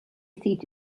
seat